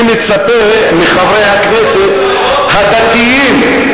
אני מצפה מחברי הכנסת הדתיים,